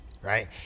right